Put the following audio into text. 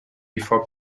before